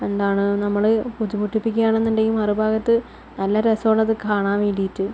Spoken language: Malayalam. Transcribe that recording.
എന്താണ് നമ്മള് ബുദ്ധിമുട്ടിപ്പിക്കുക ആണെന്നുണ്ടെങ്കിൽ മറു ഭാഗത്ത് നല്ല രസമാണ് അത് കാണാൻ വേണ്ടിയിട്ട്